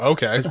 Okay